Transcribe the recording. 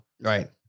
Right